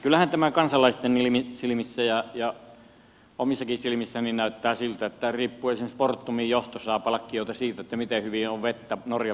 kyllähän tämä kansalaisten silmissä ja omissakin silmissäni näyttää siltä että esimerkiksi fortumin johto saa palkkioita siitä miten hyvin on vettä norjan vesialtaissa